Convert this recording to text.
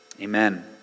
amen